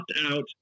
out